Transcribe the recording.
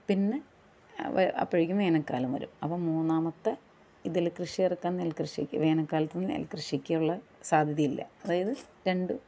പിന്നെ അപ്പോഴേക്കും വേനൽക്കാലം വരും അപ്പൊൾ മൂന്നാമത്തെ ഇതിൽ കൃഷി ഇറക്കാൻ നെൽകൃഷിക്ക് വേനൽകാലത്ത് നെൽകൃഷിക്കുള്ള സാധ്യത ഇല്ല അതായത് രണ്ട്